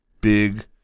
big